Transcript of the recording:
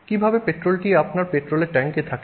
কীভাবে পেট্রলটি আপনার পেট্রোলের ট্যাঙ্কে থাকে